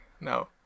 No